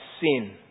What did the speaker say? sin